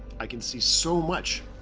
i can see so much.